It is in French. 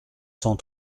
cent